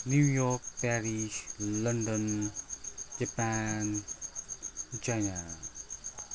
New York Paris London Japan China